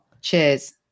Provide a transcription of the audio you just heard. Cheers